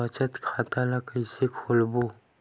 बचत खता ल कइसे खोलबों?